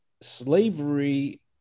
slavery